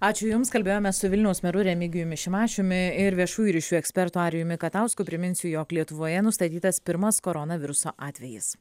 ačiū jums kalbėjome su vilniaus meru remigijumi šimašiumi ir viešųjų ryšių ekspertu arijumi katausku priminsiu jog lietuvoje nustatytas pirmas koronaviruso atvejis